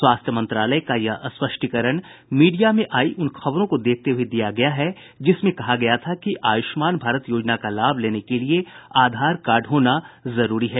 स्वास्थ्य मंत्रालय का यह स्पष्टीकरण मीडिया में आई उन खबरों को देखते हुए दिया गया है जिसमें कहा गया था कि आयुष्मान भारत योजना का लाभ लेने के लिए आधार कार्ड होना जरूरी है